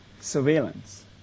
surveillance